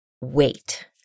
wait